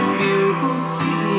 beauty